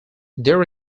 there